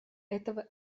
этого